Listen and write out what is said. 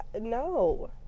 no